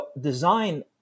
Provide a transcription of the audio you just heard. design